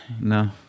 No